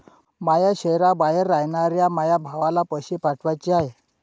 माया शैहराबाहेर रायनाऱ्या माया भावाला पैसे पाठवाचे हाय